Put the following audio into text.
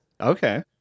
Okay